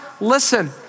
Listen